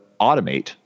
automate